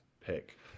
pick